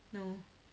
no